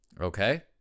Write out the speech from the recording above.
Okay